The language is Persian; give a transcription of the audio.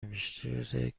نوشته